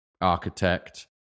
architect